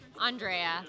Andrea